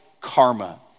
karma